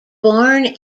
born